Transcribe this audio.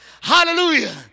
Hallelujah